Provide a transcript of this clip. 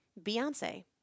Beyonce